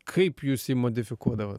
kaip jūs jį modifikuodavot